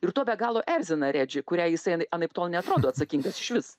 ir tuo be galo erzina redži kuriai jisai anaiptol neatrodo atsakingas išvis